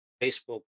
Facebook